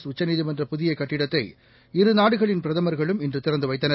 உதவியுடன் உச்சநீதிமன்ற புதியகட்டடத்தை இருநாடுகளின் பிரதமர்களும் இன்றுதிறந்துவைத்தனர்